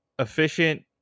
efficient